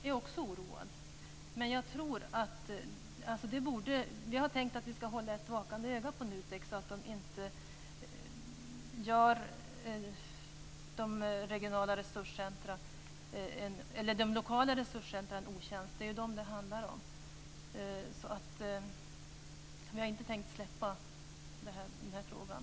Fru talman! Jag är också oroad. Vi har tänkt att vi ska hålla ett vakande öga på NUTEK, så att de inte gör de lokala resurscentrumen en otjänst - det är dem det handlar om. Vi har inte tänkt släppa den här frågan.